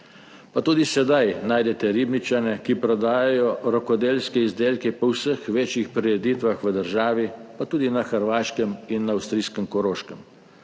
pa tudi sedaj najdete Ribničane, ki prodajajo rokodelske izdelke po vseh večjih prireditvah v državi, pa tudi na Hrvaškem in na avstrijskem Koroškem.